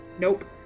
Nope